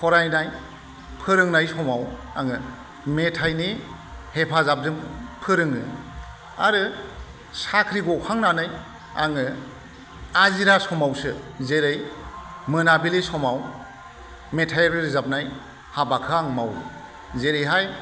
फरायनाय फोरोंनाय समाव आङो मेथायनि हेफाजाबजों फोरोङो आरो साख्रि ग'खांनानै आङो आजिरा समावसो जेरै मोनाबिलि समाव मेथाय रोजाबनाय हाबाखौ आं मावो जेरैहाय